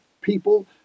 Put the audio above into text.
people